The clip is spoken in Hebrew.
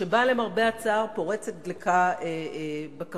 שבה למרבה הצער פורצת דלקה בכרמל.